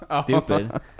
stupid